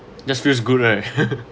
just feels good right